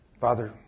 Father